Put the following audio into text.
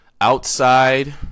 Outside